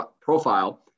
profile